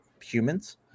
humans